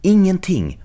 Ingenting